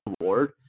award